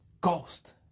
ghost